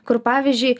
kur pavyzdžiui